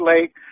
Lake